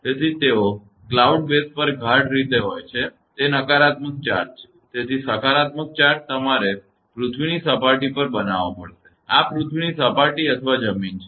તેથી તેઓ cloud base પર ગાઢ રીતે હોય છે તે નકારાત્મક ચાર્જ છે તેથી સકારાત્મક ચાર્જ તમારે પૃથ્વીની સપાટી પર બનાવવો પડશે આ પૃથ્વીની સપાટી અથવા જમીન છે